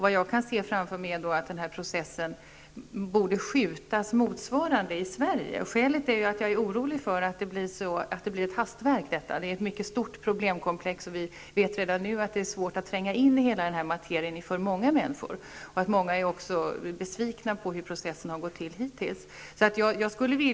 Vad jag kan se framför mig är att den här processen i Sverige borde skjutas motsvarande tid framåt. Skälet är att jag är orolig för att detta blir ett hastverk. Det är ett mycket stort problemkomplex, och vi vet redan nu att det är svårt för många människor att tränga in i hela den här materien. Många är också besvikna över hur processen har gått till hittills.